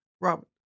Robert